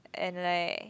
and like